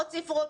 עוד ספרות,